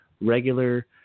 regular